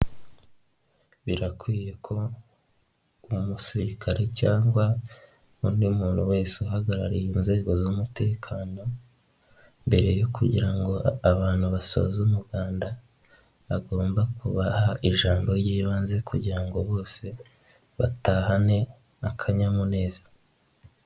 Birakwiye ko umusirikare cyangwa n'undi muntu wese uhagarariye inzego z'umutekano, mbere yo kugira ngo abantu basoze umuganda agomba kubaha ijambo ry'ibanze kugira ngo bose batahane akanyamuneza.